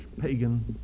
pagan